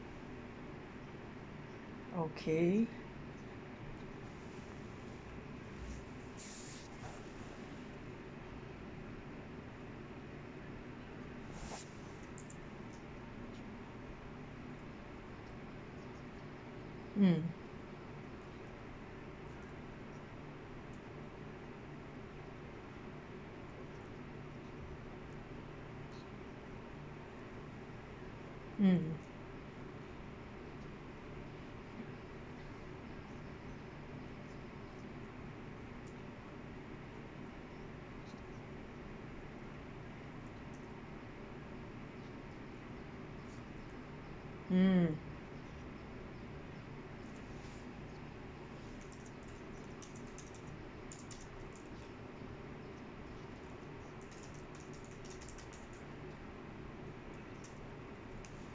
okay mm mm mm